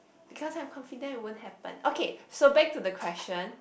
because I'm confident it won't happen okay so back to the question